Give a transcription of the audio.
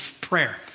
prayer